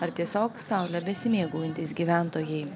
ar tiesiog saule besimėgaujantys gyventojai